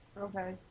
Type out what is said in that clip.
Okay